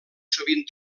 sovint